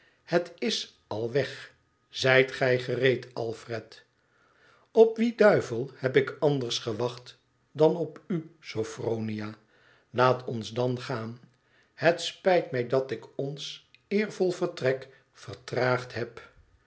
het is al weg zijt gij gereed alfred op wie duivel heb ik anders gewaeht dan op u sophronia laat ons dan gaan het spijt mij dat ik ons eervol vertrek vertraagd heb